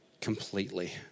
completely